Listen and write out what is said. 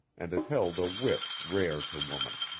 and it held a wit rare to woman.